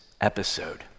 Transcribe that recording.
episode